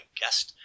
guest